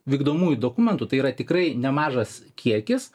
vykdomųjų dokumentų tai yra tikrai nemažas kiekis